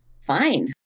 fine